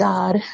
God